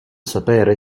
sapere